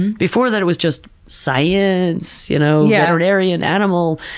before that it was just, science. you know yeah veterinarian, animal,